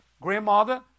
Grandmother